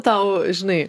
tau žinai